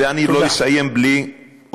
ואני לא אסיים בלי, תודה.